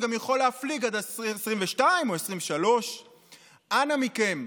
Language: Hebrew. גם יכול להפליג עד 2022 או 2023. אנא מכם,